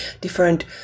different